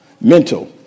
mental